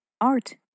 art